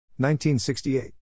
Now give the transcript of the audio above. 1968